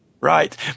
Right